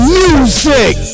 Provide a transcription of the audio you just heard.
music